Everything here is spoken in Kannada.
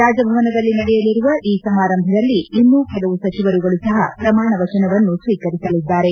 ರಾಜಭವನದಲ್ಲಿ ನಡೆಯಲಿರುವ ಈ ಸಮಾರಂಭದಲ್ಲಿ ಇನ್ನೂ ಕೆಲವು ಸಚಿವರುಗಳು ಸಹ ಪ್ರಮಾಣವಚನವನ್ನು ಸ್ನೀಕರಿಸಲಿದ್ದಾರೆ